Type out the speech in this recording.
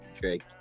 Drake